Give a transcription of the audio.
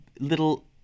little